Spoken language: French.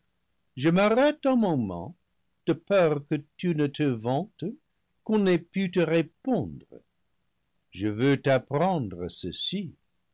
je m'arrête un moment de peur que tu ne te vantes qu'on n'ait pu te répondre je veux t'apprendre ceci